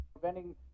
Preventing